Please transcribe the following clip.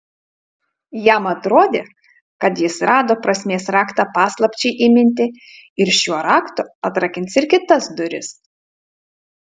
jam atrodė kad jis rado prasmės raktą paslapčiai įminti ir šiuo raktu atrakins ir kitas duris